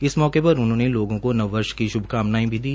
इस मौके पर उन्होंने लोगों को नव वर्ष की श्भकामनायें भी दी